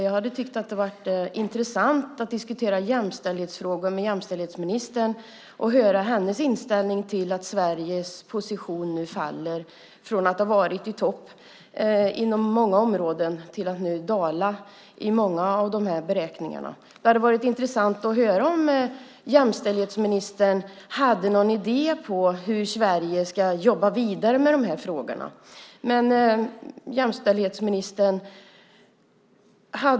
Det hade varit intressant att diskutera jämställdhetsfrågor med jämställdhetsministern och höra hennes inställning till att Sveriges position faller från att ha varit i topp inom många områden till att nu dala i många av beräkningarna. Det hade varit intressant att höra om jämställdhetsministern hade någon idé om hur Sverige ska jobba vidare med frågorna.